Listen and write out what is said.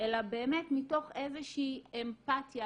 אלא באמת מתוך איזושהי אמפתיה,